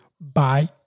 bye